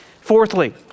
Fourthly